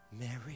Mary